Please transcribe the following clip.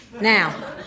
Now